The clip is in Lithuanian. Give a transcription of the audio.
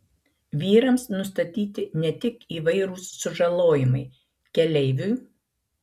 vyrams nustatyti ne tik įvairūs sužalojimai keleiviui